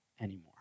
anymore